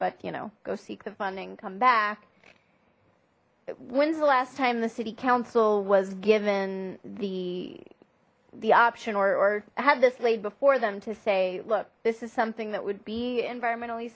but you know go seek the funding come back when's the last time the city council was given the the option or had this laid before them to say look this is something that would be environmentally